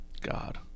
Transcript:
God